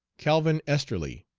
calvin esterly,